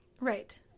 Right